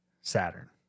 Saturn